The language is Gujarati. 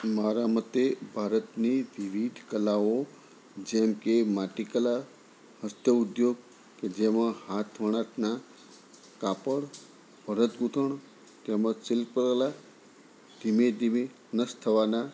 મારા મતે ભારતની વિવિધ કલાઓ જેમકે માટીકલા હસ્તઉદ્યોગ કે જેમાં હાથ વણાટનાં કાપડ ભરત ગૂંથણ તેમજ શિલ્પ કલા ધીમે ધીમે નષ્ટ થવાના